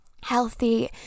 healthy